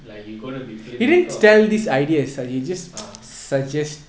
like you are going to be filming ah